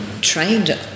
trained